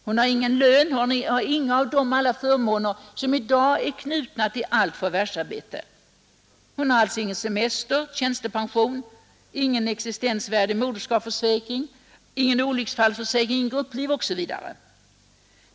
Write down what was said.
Hon har ingen lön, hon har inga av alla de förmåner som i dag är knutna till allt förvärvsarbete. Hon har alltså ingen semester, ingen tjä moderskapsförsäkring, ingen olyc stepension, ingen existensvärdig fallsfö ring, ingen grupplivförsäkring osv.